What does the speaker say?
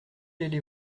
d’aller